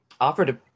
offered